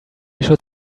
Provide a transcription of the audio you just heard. should